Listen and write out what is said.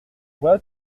voilà